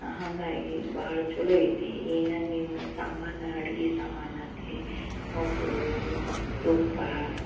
ಹಾಗಾಗಿ ಭಾಳ ಚಲೋ ಐತಿ ಏನು ನೀವು ಸಾಮಾನು ಅಡಗಿ ಸಾಮಾನು ಆಗಲಿ ಮೊಸರು ತುಪ್ಪ